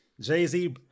Jay-Z